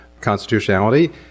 constitutionality